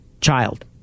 child